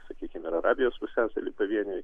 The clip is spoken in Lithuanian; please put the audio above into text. sakykim ir arabijos pusiasalyje pavieniai